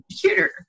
computer